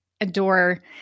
adore